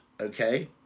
okay